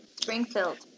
Springfield